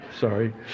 Sorry